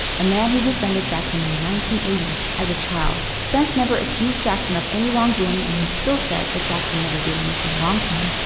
a man who befriended jackson in the nineteen eighty s as a child. spence never accused jackson of any wrong doing and he still says that jackson never did anything wrong to him.